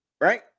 right